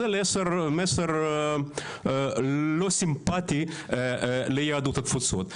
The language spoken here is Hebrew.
זה מסר לא סימפטי ליהדות התפוצות.